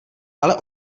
ale